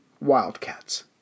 Wildcats